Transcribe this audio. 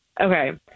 okay